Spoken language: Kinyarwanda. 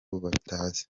batazi